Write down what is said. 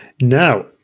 Now